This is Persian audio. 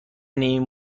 این